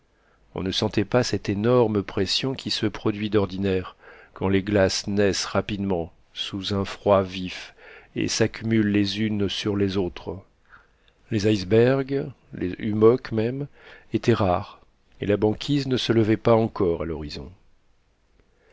on ne sentait pas cette énorme pression qui se produit d'ordinaire quand les glaces naissent rapidement sous un froid vif et s'accumulent les unes sur les autres les icebergs les hummocks même étaient rares et la banquise ne se levait pas encore à l'horizon